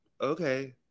okay